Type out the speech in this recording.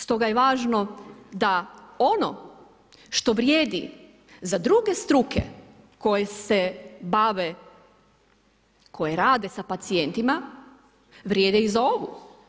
Stoga je važno da ono što vrijedi za druge struke koje se bave, koje rade sa pacijentima vrijede i za ovu.